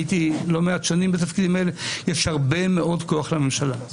הייתי לא מעט שנים בתפקידים האלה יש הרבה מאוד כוח לממשלה.